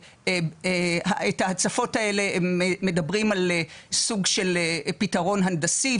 אבל את ההצפות האלה הם מדברים על סוג של פתרון הנדסי.